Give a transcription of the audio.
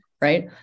right